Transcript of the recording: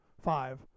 five